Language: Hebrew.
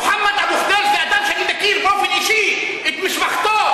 מוחמד אבו ח'דיר זה אדם שאני מכיר באופן אישי את משפחתו.